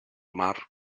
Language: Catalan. mar